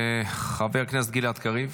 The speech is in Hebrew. חבר הכנסת גלעד קריב.